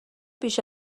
بیش